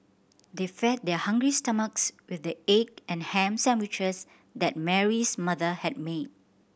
they fed their hungry stomachs with the egg and ham sandwiches that Mary's mother had made